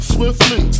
Swiftly